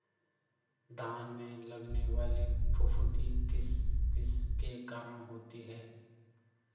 धान में लगने वाली फफूंदी किस किस के कारण होती है?